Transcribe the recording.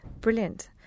Brilliant